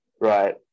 right